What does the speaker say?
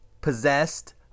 possessed